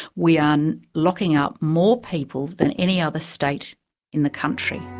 we are locking up more people than any other state in the country.